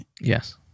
Yes